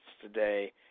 today